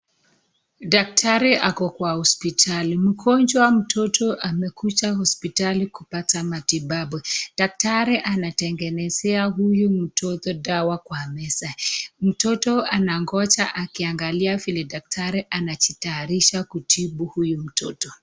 Daktari ako kwa hospitali , mgonjwa mtoto amekuja hospitali kupata matibabu. Daktari anatengenezea huyu mtoto dawa kwa meza, mtoto anangoja akiangalia vile daktari anajitarisha kutibu huyu mtoto.